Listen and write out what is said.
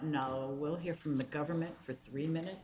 know we'll hear from the government for three minutes